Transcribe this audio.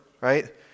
right